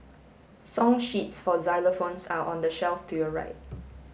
song sheets for xylophones are on the shelf to your right